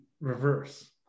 reverse